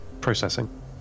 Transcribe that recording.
Processing